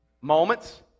Moments